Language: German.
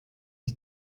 ich